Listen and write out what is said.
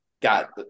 got